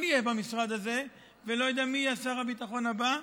אהיה במשרד הזה ולא יודע מי יהיה שר הביטחון הבא,